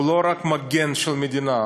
הוא לא רק מגן של המדינה,